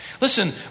Listen